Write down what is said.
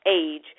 age